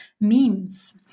memes